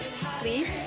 Please